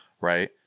right